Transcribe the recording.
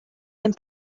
and